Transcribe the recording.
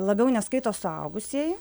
labiau neskaito suaugusieji